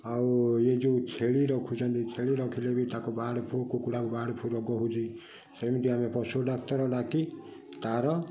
ଆଉ ଏଇ ଯେଉଁ ଛେଳି ରଖୁଛନ୍ତି ଛେଳି ରଖିଲେ ବି ତାକୁ ବାର୍ଡ଼ଫ୍ଲୁ କୁକୁଡ଼ା କୁ ବାର୍ଡ଼ଫ୍ଲୁ ରୋଗ ହଉଛି ସେମିତି ଆମେ ପଶୁ ଡାକ୍ତର ଡାକି ତାର